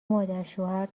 مادرشوهر